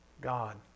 God